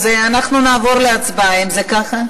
אז אנחנו נעבור להצבעה, אם זה ככה.